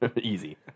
Easy